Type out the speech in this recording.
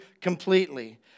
completely